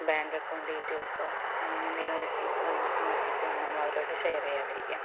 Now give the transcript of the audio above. bank account ഡീറ്റെയിൽസോ അല്ലെങ്കിൽ എന്തെങ്കിലും ഒ ടി പി വന്നിരിക്കുന്ന ഒ ടി പി ഒന്നും നമ്മളവരോട് ഷെയർ ചെയ്യാതെ ഇരിക്കുക